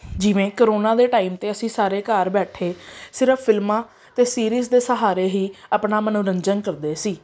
ਜਿਵੇਂ ਕਰੋਨਾ ਦੇ ਟਾਈਮ 'ਤੇ ਅਸੀਂ ਸਾਰੇ ਘਰ ਬੈਠੇ ਸਿਰਫ਼ ਫਿਲਮਾਂ ਅਤੇ ਸੀਰੀਜ਼ ਦੇ ਸਹਾਰੇ ਹੀ ਆਪਣਾ ਮਨੋਰੰਜਨ ਕਰਦੇ ਸੀ